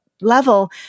level